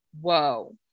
Whoa